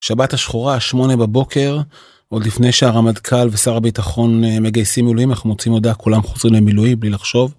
שבת השחורה, 8 בבוקר, עוד לפני שהרמטכ"ל ושר הביטחון מגייסים מילואים, אנחנו מוציאים הודעה, כולם חוזרים למילואים בלי לחשוב.